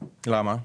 למה?